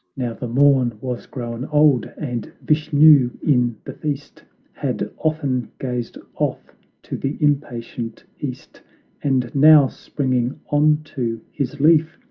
now the morn was grown old, and vishnu in the feast had often gazed off to the impatient east and now, springing onto his leaf,